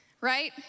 right